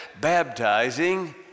baptizing